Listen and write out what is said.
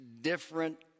different